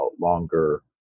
longer